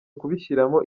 kubishyiramo